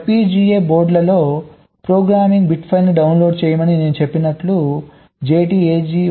FPGA బోర్డులలో programming bit ఫైళ్ళను download చేయమని నేను చెప్పినట్లు JTAG 1149